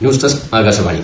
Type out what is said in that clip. news desk Akashvani